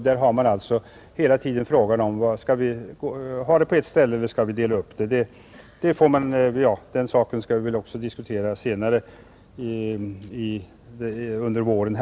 Där står hela tiden frågan om man skall ha verksamheten på ett ställe eller skall dela upp den. Det är något som vi skall diskutera senare under våren.